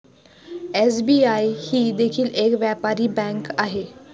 SBI ही देखील एक व्यापारी बँक आहे